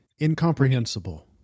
Incomprehensible